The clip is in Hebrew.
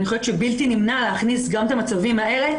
אני חושבת שבלתי נמנע להכניס גם את המצבים האלה,